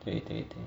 对对对